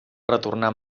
retornar